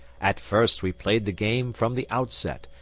at first we played the game from the outset,